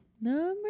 Number